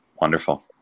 Wonderful